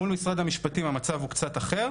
מול משרד המשפטים המצב הוא קצת אחר